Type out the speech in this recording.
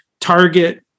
target